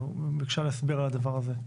אני מבקש הסבר על הדבר הזה.